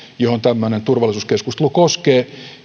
jota tämmöinen turvallisuuskeskustelu koskee